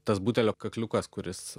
tas butelio kakliukas kuris